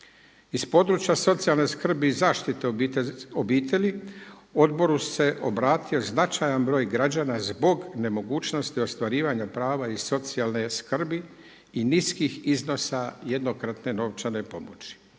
Iz područja socijalne skrbi i zaštite obitelji odboru se obratio značajan broj građana zbog nemogućnosti ostvarivanja prava iz socijalne skrbi i niskih iznosa jednokratne novčane pomoći.